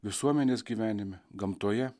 visuomenės gyvenime gamtoje